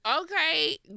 Okay